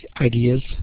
ideas